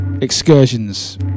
excursions